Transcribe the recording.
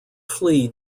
flea